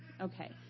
Okay